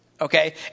okay